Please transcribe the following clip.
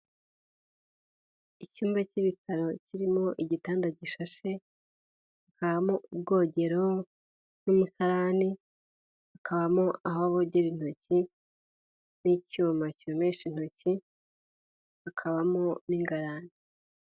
Icyumba cy'ibitaro kirimo igitanda gishashe, habamo ubwogero n'umusarani, hakabamo aho bogera intoki, n'icyuma cyumisha intoki, hakabamo n'ingarane.